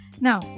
now